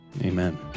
Amen